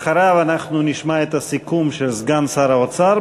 אחריו אנחנו נשמע את הסיכום של סגן שר האוצר,